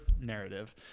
narrative